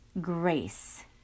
grace